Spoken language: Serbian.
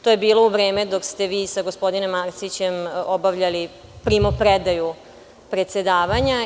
To je bilo u vreme dok ste vi sa gospodinom Arsićem obavljali primopredaju predsedavanja.